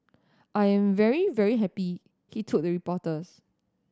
I'm very very happy he told reporters